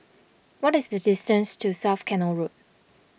what is the distance to South Canal Road